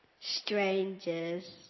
Strangers